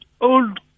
old